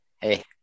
hey